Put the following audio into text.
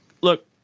look